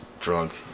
drunk